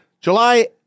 July